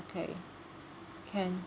okay can